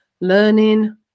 learning